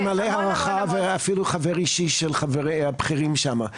אני מלא הערכה ואפילו חבר אישי של חבריי הבכירים שם.